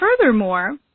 Furthermore